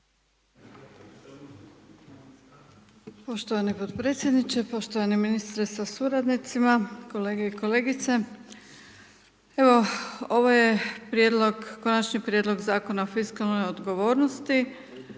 Poštovani podpredsjedniče, poštovani ministre sa suradnicima, kolege i kolegice. Evo, ovo je prijedlog, Konačni prijedlog Zakona o fiskalnoj odgovornosti.